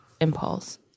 impulse